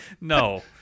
no